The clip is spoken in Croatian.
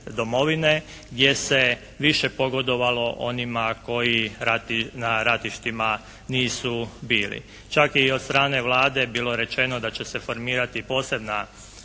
domovine gdje se više pogodovalo onima koji na ratištima nisu bili. Čak je i od strane Vlade bilo rečeno da će se formirati posebno